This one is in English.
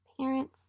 Parents